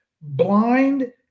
blind